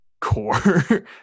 core